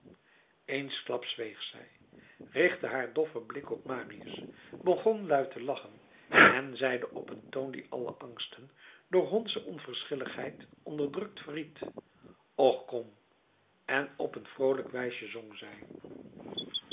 eensklaps zweeg zij richtte haar doffen blik op marius begon luid te lachen en zeide op een toon die alle angsten door hondsche onverschilligheid onderdrukt verried och kom en op een vroolijke wijs zong zij